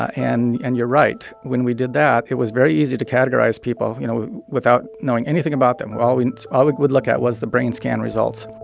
and and you're right. when we did that, it was very easy to categorize people, you know, without knowing anything about them. all we ah we would look at was the brain scan results.